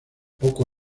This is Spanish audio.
poco